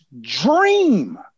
dream